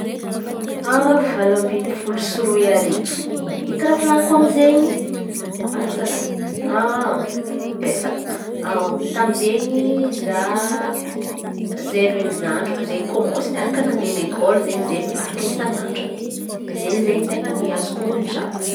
Valo ambiny folo sy aroa arivo, ino raha volan̈iko amizeny? Zalahy ambesa tamizeny za zey amy ry zandriko izen̈y mikômansy nande lekôly izen̈y zey miaraka isan'andra zey izen̈y ten̈a azoko on̈o tsara.